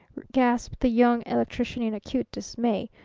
gasped the young electrician in acute dismay.